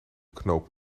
knoop